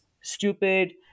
stupid